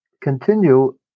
continue